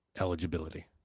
eligibility